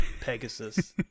pegasus